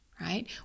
Right